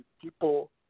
people